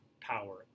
power